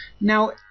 Now